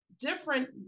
different